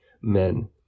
men